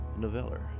Noveller